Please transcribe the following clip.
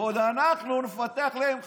ועוד אנחנו נפתח להם חשמל,